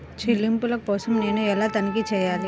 చెల్లింపుల కోసం నేను ఎలా తనిఖీ చేయాలి?